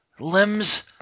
Limbs